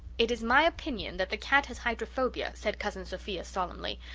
it is my opinion that the cat has hydrophobia, said cousin sophia solemnly.